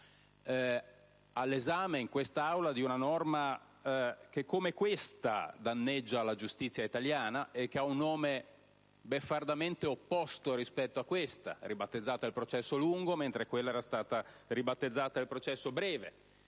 ad esaminare una norma che, come questa, danneggia la giustizia italiana e che ha un nome beffardamente opposto rispetto a questa, ribattezzata processo lungo, mentre quella era stata ribattezzata processo breve.